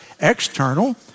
external